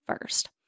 first